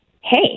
hey